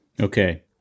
Okay